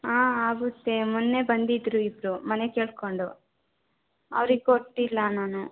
ಹಾಂ ಆಗುತ್ತೆ ಮೊನ್ನೆ ಬಂದಿದ್ದರು ಇಬ್ಬರು ಮನೆ ಕೇಳಿಕೊಂಡು ಅವರಿಗೆ ಕೊಟ್ಟಿಲ್ಲ ನಾನು